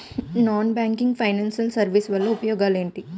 Non banking financial services వల్ల ఉపయోగాలు ఎంటి?